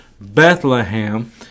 bethlehem